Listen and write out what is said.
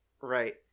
right